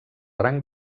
rang